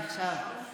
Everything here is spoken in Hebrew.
נחשב, נחשב.